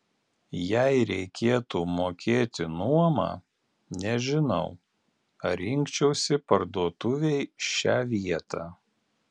jei reikėtų mokėti nuomą nežinau ar rinkčiausi parduotuvei šią vietą